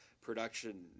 production